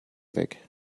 weg